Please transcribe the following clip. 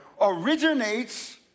originates